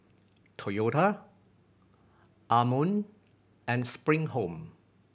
Toyota Anmum and Spring Home